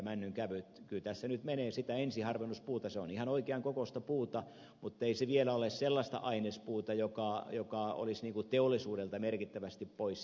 kyllä tässä nyt menee ensiharvennuspuuta se on ihan oikean kokoista puuta mutta ei se vielä ole sellaista ainespuuta joka olisi teollisuudelta merkittävästi pois